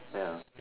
ya